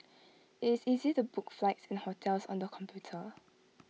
IT is easy to book flights and hotels on the computer